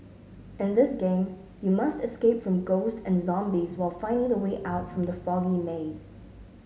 in this game you must escape from ghosts and zombies while finding the way out from the foggy maze